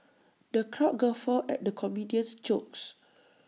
the crowd guffawed at the comedian's jokes